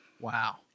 Wow